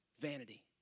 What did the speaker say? vanity